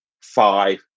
five